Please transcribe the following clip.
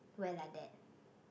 wear like that